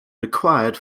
required